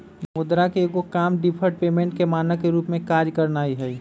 मुद्रा के एगो काम डिफर्ड पेमेंट के मानक के रूप में काज करनाइ हइ